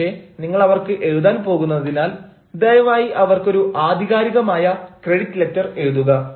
പക്ഷേ നിങ്ങൾ അവർക്ക് എഴുതാൻ പോകുന്നതിനാൽ ദയവായി അവർക്ക് ഒരു ആധികാരികമായ ക്രെഡിറ്റ് ലെറ്റർ എഴുതുക